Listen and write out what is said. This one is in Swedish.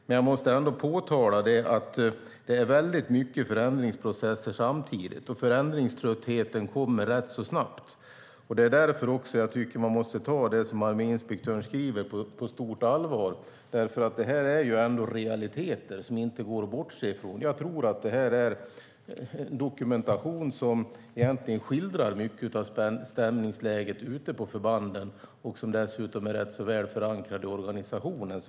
Men jag måste ändå påtala att det sker väldigt många förändringsprocesser samtidigt. Förändringströttheten kommer rätt så snabbt. Man måste ta det som arméinspektören skriver på stort allvar. Detta är realiteter som inte går att bortse från. Jag tror att detta är en dokumentation som skildrar mycket av stämningsläget ute på förbanden och som dessutom är rätt så väl förankrad i organisationen.